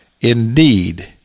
indeed